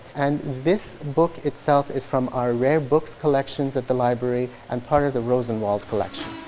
and this book itself is from our rare books collections at the library and part of the rosenwald collection.